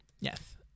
Yes